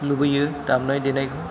लुबैयो दामनाय देनायखौ